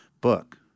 book